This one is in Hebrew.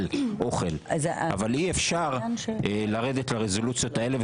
אוכל אבל אי אפשר לרדת לרזולוציות האלה.